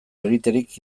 egiterik